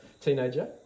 teenager